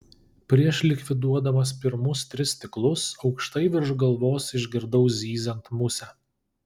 prieš likviduodamas pirmus tris stiklus aukštai virš galvos išgirdau zyziant musę